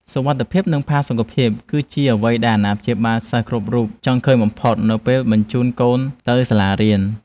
សុវត្ថិភាពនិងផាសុកភាព គឺជាអ្វីដែលអាណាព្យាបាលសិស្សគ្រប់រូបចង់ឃើញបំផុតនៅពេលបញ្ជូនកូនទៅសាលារៀន។